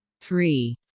three